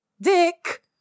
dick